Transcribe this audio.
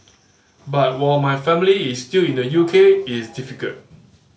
but while my family is still in the U K it's difficult